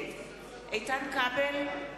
נגד איתן כבל,